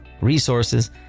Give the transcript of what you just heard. resources